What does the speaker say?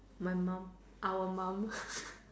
my mom our mom